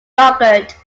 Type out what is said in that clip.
yogurt